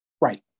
Right